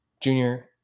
Junior